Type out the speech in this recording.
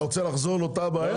אתה רוצה לחזור על אותה בעיה?